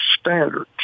standards